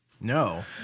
No